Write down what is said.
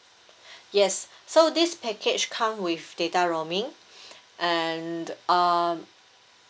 yes so this package come with data roaming and uh